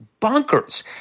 bonkers